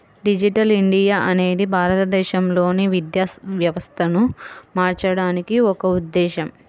digital India అనేది భారతదేశంలోని విద్యా వ్యవస్థను మార్చడానికి ఒక ఉద్ధేశం